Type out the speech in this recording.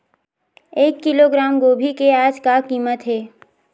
एक किलोग्राम गोभी के आज का कीमत हे?